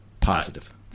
positive